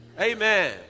Amen